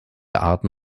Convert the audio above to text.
arten